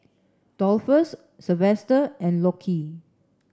Dolphus Silvester and Lockie